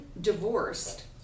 divorced